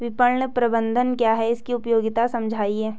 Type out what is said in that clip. विपणन प्रबंधन क्या है इसकी उपयोगिता समझाइए?